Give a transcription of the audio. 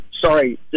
sorry